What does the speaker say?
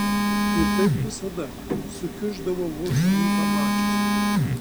ir taip visada sukiuždavo vos jį pamačiusi